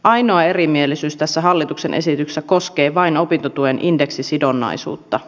ainoa erimielisyys tässä hallituksen esityksessä koskee opintotuen indeksisidonnaisuutta